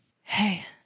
Hey